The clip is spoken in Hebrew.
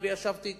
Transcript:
וישבתי אתם,